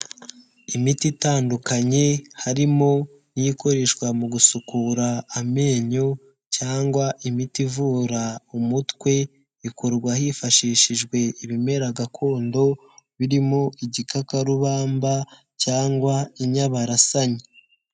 Imiti itandukanye, harimo ikoreshwa mu gusukura amenyo cyangwa imiti ivura umutwe, ikorwa hifashishijwe ibimera gakondo, birimo igikakarubamba cyangwa inyabarasanya.